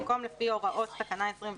במקום "לפי הוראות תקנה 24",